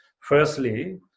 firstly